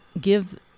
give